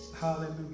hallelujah